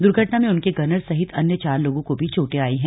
द्र्घटना में उनके गनर सहित अन्य चार लोग को भी चोटें आयी है